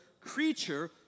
creature